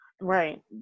Right